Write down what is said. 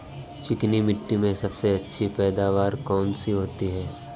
चिकनी मिट्टी में सबसे अच्छी पैदावार कौन सी होती हैं?